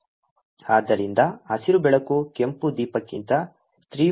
8 ಆದ್ದರಿಂದ ಹಸಿರು ಬೆಳಕು ಕೆಂಪು ದೀಪಕ್ಕಿಂತ 3